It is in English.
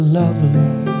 lovely